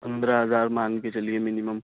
پندرہ ہزار مان کے چلیے منیمم